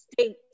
states